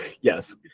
Yes